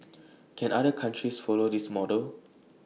can other countries follow this model